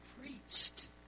preached